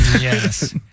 Yes